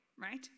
right